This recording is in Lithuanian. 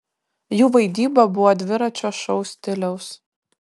jų vaidyba buvo dviračio šou stiliaus